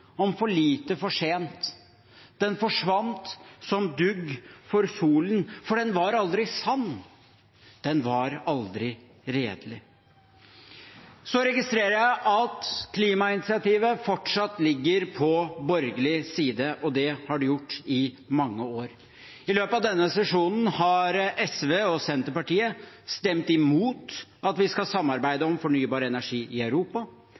om for lite, for sent? Den forsvant som dugg for solen, for den var aldri sann. Den var aldri redelig. Så registrerer jeg at klimainitiativet fortsatt ligger på borgerlig side, og det har det gjort i mange år. I løpet av denne sesjonen har SV og Senterpartiet stemt imot at vi skal samarbeide om fornybar energi i Europa,